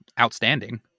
outstanding